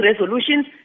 resolutions